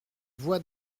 voix